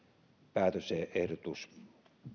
päätösehdotus